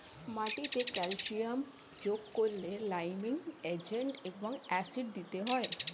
মাটিতে ক্যালসিয়াম যোগ করলে লাইমিং এজেন্ট এবং অ্যাসিড দিতে হয়